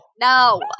No